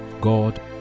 God